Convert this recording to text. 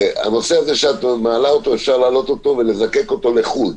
והנושא הזה שאת מעלה אותו אפשר להעלות אותו ולזקק אותו לחוד.